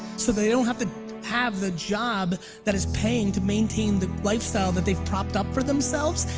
so they don't have to have the job that is paying to maintain the lifestyle that they have propped up for themselves,